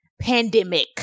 pandemic